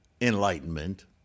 enlightenment